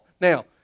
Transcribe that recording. Now